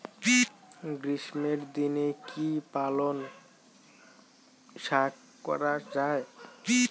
গ্রীষ্মের দিনে কি পালন শাখ করা য়ায়?